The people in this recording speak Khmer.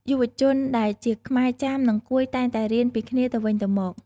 យុវជនដែលជាខ្មែរ ចាម និងកួយតែងតែរៀនពីគ្នាទៅវិញទៅមក។